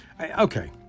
Okay